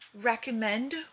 recommend